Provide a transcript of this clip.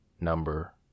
number